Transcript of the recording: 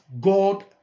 God